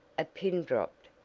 a pin, dropped,